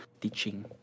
teaching